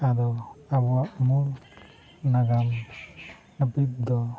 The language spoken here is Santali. ᱟᱫᱚ ᱟᱵᱚᱣᱟᱜ ᱢᱩᱞ ᱱᱟᱜᱟᱢ ᱱᱟᱯᱤᱫ ᱫᱚ